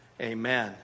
amen